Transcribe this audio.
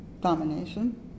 domination